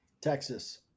Texas